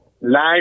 Life